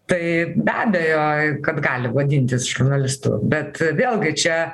tai be abejo kad gali vadintis žurnalistu bet vėlgi čia